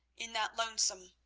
in that lonesome,